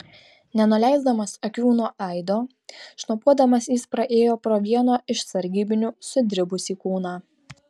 nenuleisdamas akių nuo aido šnopuodamas jis praėjo pro vieno iš sargybinių sudribusį kūną